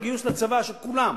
על גיוס לצבא של כולם,